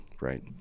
right